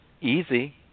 easy